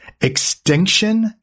extinction